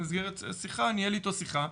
הוא ניהל איתו שיחה,